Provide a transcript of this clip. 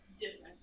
different